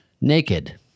naked